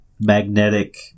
magnetic